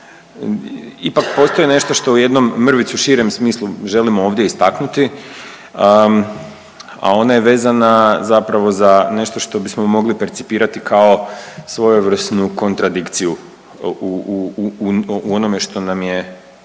Ipak postoji nešto što u jednom mrvicu širem smislu želimo ovdje istaknuti a ona je vezana zapravo za nešto što bismo mogli percipirati kao svojevrsnu kontradikciju u onome što nam je